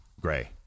gray